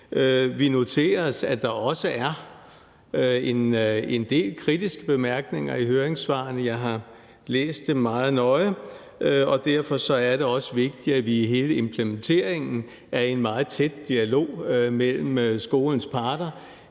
Vi noterer os, at der også er en del kritiske bemærkninger i høringssvarene. Jeg har læst dem meget nøje, og derfor er det også vigtigt, at vi i hele implementeringen er i en meget tæt dialog med skolens parter;